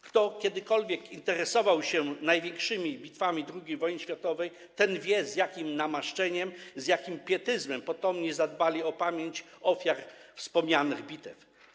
Kto kiedykolwiek interesował się największymi bitwami II wojny światowej, ten wie, z jakim namaszczeniem, z jakim pietyzmem potomni zadbali o pamięć ofiar wspomnianych bitew.